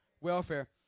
Welfare